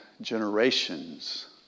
generations